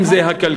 אם זה הכלכלי,